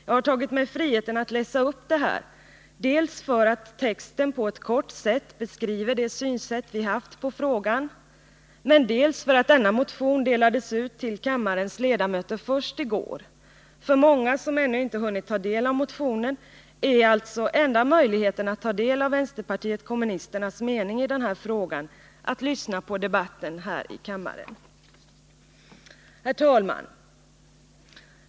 Jag har tagit mig friheten att läsa upp detta, dels för att texten på ett kort sätt beskriver det synsätt vi har haft på frågan, dels för att denna motion delades ut till kammarens ledamöter först i går. För många som ännu inte hunnit ta del av motionen är alltså enda möjligheten att ta del av vänsterpartiet kommunisternas mening i denna fråga att lyssna på debatten här i kammaren. Herr talman!